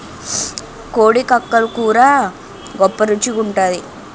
కోడి కక్కలు కూర గొప్ప రుచి గుంటాది